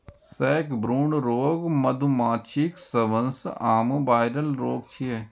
sacbrood रोग मधुमाछीक सबसं आम वायरल रोग छियै